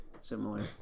similar